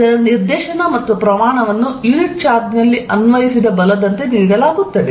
ಇದರ ನಿರ್ದೇಶನ ಮತ್ತು ಪ್ರಮಾಣವನ್ನು ಯುನಿಟ್ ಚಾರ್ಜ್ನಲ್ಲಿ ಅನ್ವಯಿಸಿದ ಬಲದಂತೆ ನೀಡಲಾಗುತ್ತದೆ